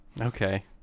okay